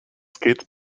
skates